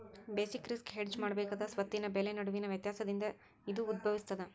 basic risk hedge ಮಾಡಬೇಕಾದ ಸ್ವತ್ತಿನ ಬೆಲೆ ನಡುವಿನ ವ್ಯತ್ಯಾಸದಿಂದ ಇದು ಉದ್ಭವಿಸ್ತದ